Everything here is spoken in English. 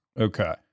Okay